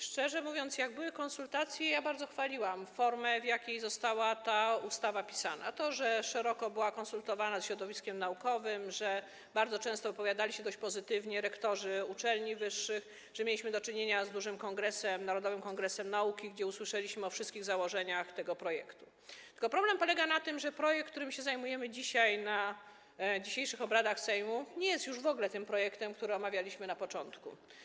Szczerze mówiąc, jak były konsultacje, bardzo chwaliłam formę, w jakiej została ta ustawa pisana, to, że była szeroko konsultowana ze środowiskiem naukowym, że bardzo często dość pozytywnie wypowiadali się rektorzy uczelni wyższych, że mieliśmy do czynienia z dużym kongresem, Narodowym Kongresem Nauki, na którym usłyszeliśmy o wszystkich założeniach do tego projektu, tylko problem polega na tym, że projekt, którym zajmujemy się dzisiaj, podczas dzisiejszych obrad Sejmu, nie jest już w ogóle tym projektem, który omawialiśmy na początku.